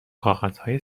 کاغذهای